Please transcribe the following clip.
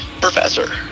Professor